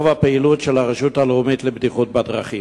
רוב הפעילות של הרשות הלאומית לבטיחות בדרכים?